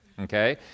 okay